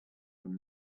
from